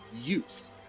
use